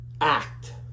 Act